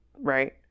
Right